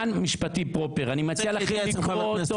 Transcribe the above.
ערים ובגלל --- לא, אני שואל.